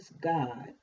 God